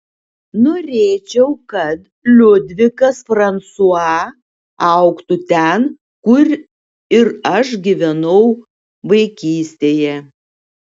norėčiau kad liudvikas fransua augtų ten kur ir aš gyvenau vaikystėje